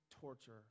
torture